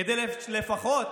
כדי לפחות